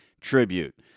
tribute